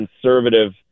conservative